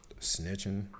snitching